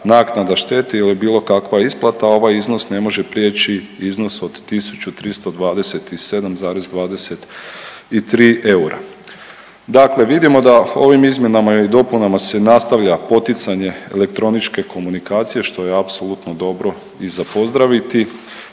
naknada štete ili bilo kakva isplata, ovaj iznos ne može prijeći iznos od 1.327,23 eura. Dakle vidimo da ovim izmjenama i dopunama se nastavlja poticanje elektroničke komunikacije, što je apsolutno dobro i za pozdraviti,